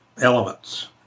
elements